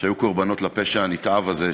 שהיו קורבנות הפשע הנתעב הזה,